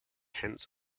hence